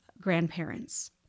grandparents